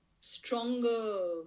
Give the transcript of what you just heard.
stronger